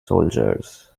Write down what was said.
soldiers